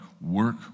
work